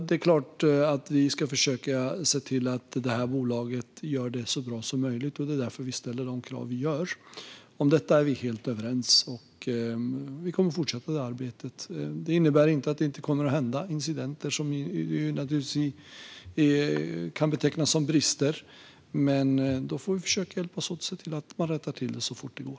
Det är klart att vi ska försöka se till att bolaget gör detta så bra som möjligt. Det är därför vi ställer de krav som vi ställer. Om detta är vi helt överens, och vi kommer att fortsätta det arbetet. Det innebär inte att det inte kommer att uppstå incidenter som kan betecknas som brister. Men vi får försöka hjälpas åt att se till att det rättas till så fort det går.